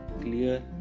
clear